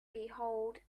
behold